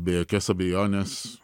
be jokios abejonės